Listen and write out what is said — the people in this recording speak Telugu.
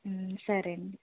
సరేండి